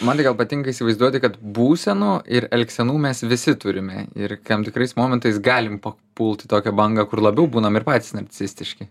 man tai gal patinka įsivaizduoti kad būsenų ir elgsenų mes visi turime ir tam tikrais momentais galim pa pult į tokią bangą kur labiau būnam ir patys narcisistiški